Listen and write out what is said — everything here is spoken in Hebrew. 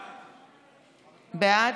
אני בעד.